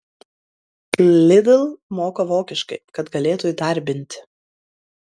lidl moko vokiškai kad galėtų įdarbinti